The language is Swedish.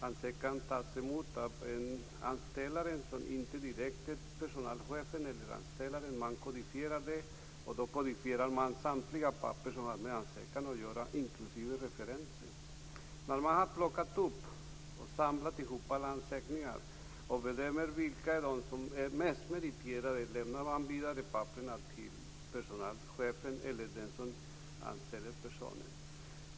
Ansökan tas emot någon som inte direkt är personalchefen eller anställaren. Man kodifierar samtliga papper som har med ansökan att göra, inklusive referenser. När man har samlat ihop alla ansökningar och bedömt vilka som är mest meriterade lämnar man vidare papperen till personalchefen eller den som anställer personen.